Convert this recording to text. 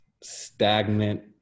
stagnant